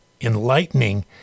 enlightening